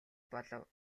болов